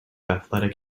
athletic